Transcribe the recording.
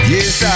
Yes